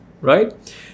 right